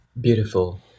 Beautiful